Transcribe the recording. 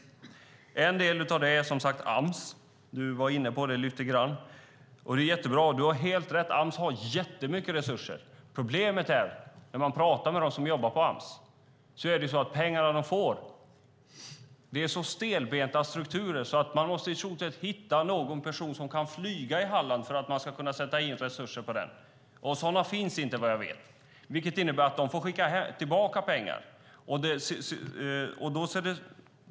En del i detta är Ams. Arbetsmarknadsministern tog upp den frågan. Det är bra. Hon har helt rätt. Ams har mycket resurser. Problemet är att när man pratar med dem som arbetar på Ams framgår det att det är så stelbenta strukturer att de måste hitta en person som kan flyga i Halland för att resurserna ska sättas in. Sådana finns inte, vad jag vet. Det innebär att de får skicka tillbaka pengar.